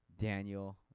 Daniel